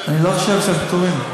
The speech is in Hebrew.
אני לא חושב שהם פטורים.